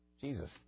Jesus